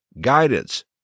guidance